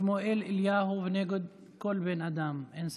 שמואל אליהו ונגד כל בן אדם, אין ספק.